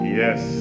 yes